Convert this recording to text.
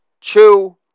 chew